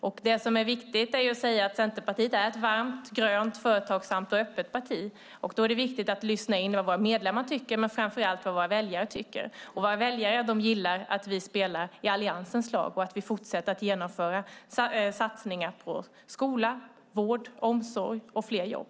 Vad som är viktigt är att Centerpartiet är ett varmt, grönt, företagsamt och öppet parti. Då är det viktigt att lyssna in vad våra medlemmar tycker och framför allt vad våra väljare tycker. Våra väljare gillar att vi spelar i Alliansens lag och att vi fortsätter genomföra satsningar på skola, vård, omsorg och fler jobb.